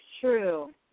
true